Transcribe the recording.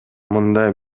мындай